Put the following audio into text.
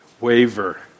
waver